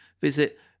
visit